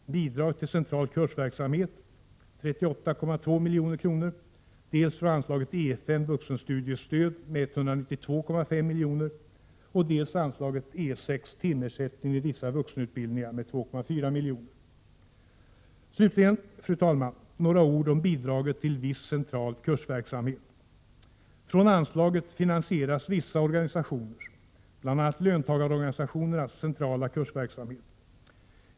Bidrag till viss central kursverksamhet, med 38,2 milj.kr., dels från anslaget ES. Vuxenstudiestöd m.m., med 192,5 milj.kr., dels från anslaget E6. Timersättning vid vissa vuxenutbildningar, med 2,4 milj.kr. Slutligen, fru talman, några ord om bidraget till viss central kursverksamhet. Från anslaget finansieras vissa organisationers, bl.a. löntagarorganisationernas, centrala kursverksamhet.